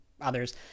others